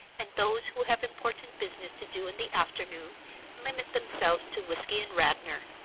and those who have important business to do in the afternoon limit themselves to whiskey and radnor,